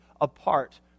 apart